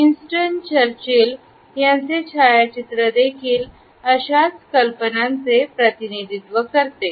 Winston Churchill यांचे छायाचित्र देखील अशाच कल्पनांचे प्रतिनिधित्व करते